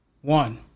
one